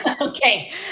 Okay